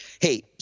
hey